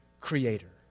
creator